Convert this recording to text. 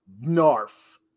narf